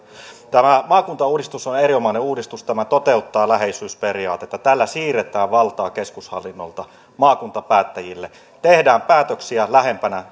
tämä maakuntauudistus on on erinomainen uudistus tämä toteuttaa läheisyysperiaatetta tällä siirretään valtaa keskushallinnolta maakuntapäättäjille tehdään päätöksiä siellä lähempänä